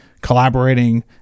collaborating